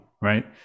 right